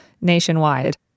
nationwide